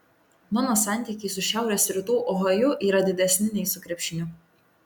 mano santykiai su šiaurės rytų ohaju yra didesni nei su krepšiniu